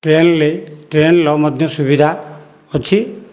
ଟ୍ରେନରେ ଟ୍ରେନର ମଧ୍ୟ ସୁବିଧା ଅଛି